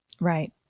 Right